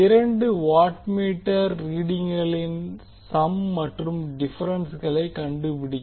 இரண்டு வாட்மீட்டர் ரீடிங்குகளின் சம் மற்றும் டிபெரென்ஸ்களை கண்டுபிடிக்க